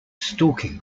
stalking